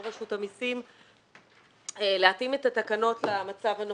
רשות המסים להתאים את התקנות למצב הנוכחי.